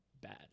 bad